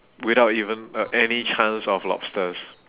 without even a any chance of lobsters